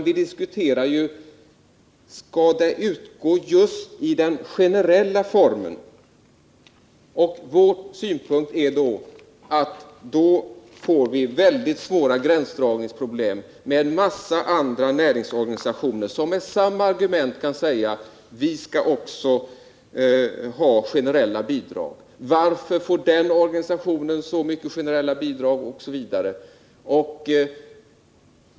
Vi diskuterar om pengarna skall utgå just i den generella formen. Vår uppfattning är att vi då får mycket svåra gränsdragningsproblem. Det finns en massa andra näringsorganisationer som med samma argument kan hävda att de också skall ha generella bidrag.